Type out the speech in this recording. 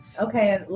Okay